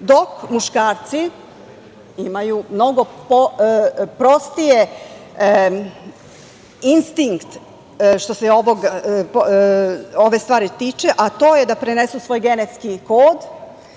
dok muškarci imaju mnogo prostiji instinkt što se ove stvari tiče, a to je da prenesu svoj genetski kod.